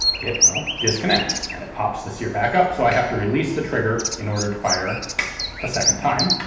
it will disconnects and it pops the sear back up, so i have to release the trigger in order to fire a second time.